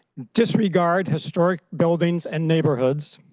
disregard historic buildings and neighborhoods,